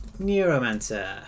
Neuromancer